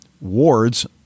wards